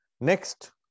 Next